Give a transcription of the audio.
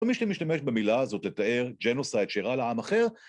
ומי שמשתמש במילה הזאת לתאר ג'נוסייד שאירע לעם אחר,